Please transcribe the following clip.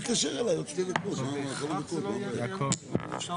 בדיונים המשותפים של הוועדות, סליחה.